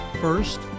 First